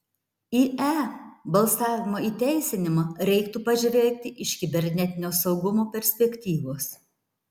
į e balsavimo įteisinimą reiktų pažvelgti iš kibernetinio saugumo perspektyvos